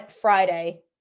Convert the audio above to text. Friday